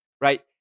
right